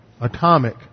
atomic